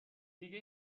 دیگه